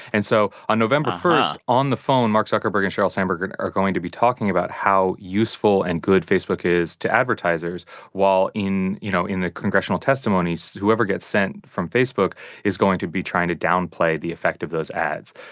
and so on november first, on the phone mark zuckerberg and sheryl sandberg are going to be talking about how useful and good facebook is to advertisers while in you know, in the congressional testimonies whoever gets sent from facebook is going to be trying to downplay the effect of those ads